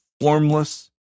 formless